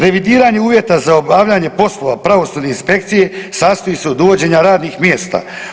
Revidiranje uvjeta za obavljanje poslova pravosudne inspekcije sastoji se od uvođenja radnih mjesta.